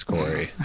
Corey